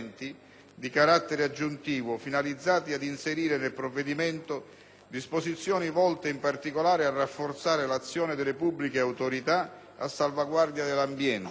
di carattere aggiuntivo, finalizzati ad inserire nel provvedimento disposizioni volte in particolare a rafforzare l'azione delle pubbliche autorità a salvaguardia dell'ambiente,